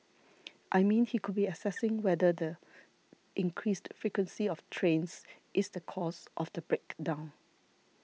I mean he could be assessing whether the increased frequency of trains is the cause of the break down